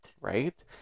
Right